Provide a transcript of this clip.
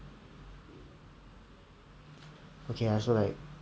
okay ya so like